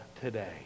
today